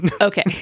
Okay